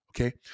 Okay